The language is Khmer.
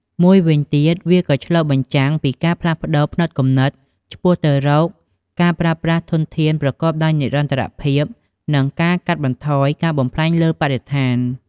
មួយវិញទៀត វាក៏ឆ្លុះបញ្ចាំងពីការផ្លាស់ប្តូរផ្នត់គំនិតឆ្ពោះទៅរកការប្រើប្រាស់ធនធានប្រកបដោយនិរន្តរភាព និងការកាត់បន្ថយការបំផ្លាញលើបរិស្ថាន។